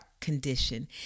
condition